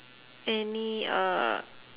any uh